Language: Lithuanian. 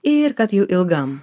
ir kad jų ilgam